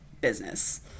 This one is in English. business